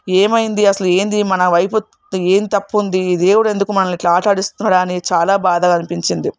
ఏమైంది అసలు ఏంది మన వైపు ఏం తప్పు ఉంది దేవుడు ఎందుకు మనల్ని ఇట్లా ఆటాడిస్తున్నాడా అని చాలా బాధగా అనిపించింది